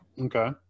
Okay